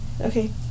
Okay